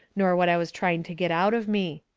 nor what i was trying to get out of me.